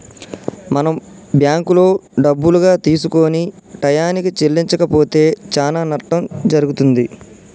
మనం బ్యాంకులో డబ్బులుగా తీసుకొని టయానికి చెల్లించకపోతే చానా నట్టం జరుగుతుంది